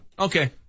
Okay